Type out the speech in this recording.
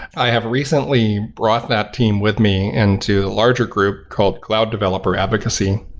i have recently brought that team with me into larger group called cloud developer advocacy,